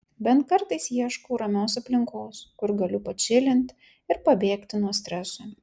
bent kartais ieškau ramios aplinkos kur galiu pačilint ir pabėgti nuo streso